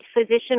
physician